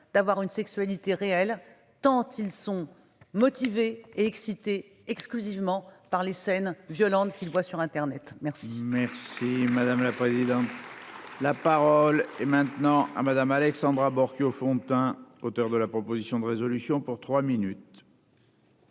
d'avoir une sexualité réelle tant ils sont motivés et excité exclusivement par les scènes violentes qu'ils voient sur internet. Merci madame la présidente. Là. La parole est maintenant à madame Alexandra Borchio-Fontimp, auteur de la proposition de résolution pour 3 minutes.